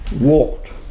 walked